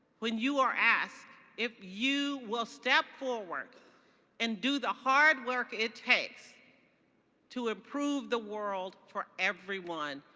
when you are asked if you will step forward and do the hard work it takes to improve the world for everyone,